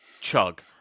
chug